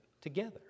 together